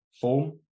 form